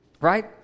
right